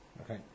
Okay